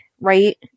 right